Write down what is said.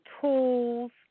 tools